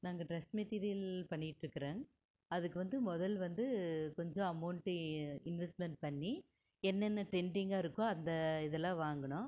நாங்கள் dress material பண்ணிக்கிட்டு இருக்கிறன் அதுக்கு வந்து முதல் வந்து கொஞ்சம் அமௌன்ட்டு இன்வஸ்மன்ட் பண்ணி என்னென்ன ட்ரெண்டிங்கா இருக்கோ அந்த இதெலான் வாங்குனோம்